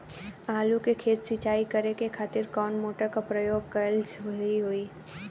आलू के खेत सिंचाई करे के खातिर कौन मोटर के प्रयोग कएल सही होई?